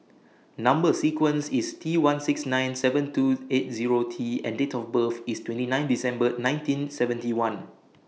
Number sequence IS T one six nine seven two eight Zero T and Date of birth IS twenty nine December nineteen seventy one